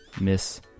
Miss